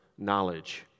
Knowledge